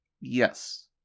Yes